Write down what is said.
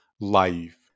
life